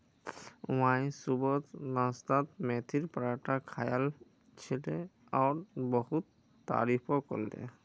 Y सुबह नाश्तात मेथीर पराठा खायाल छिले और बहुत तारीफो करले